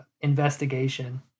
investigation